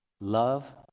love